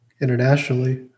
internationally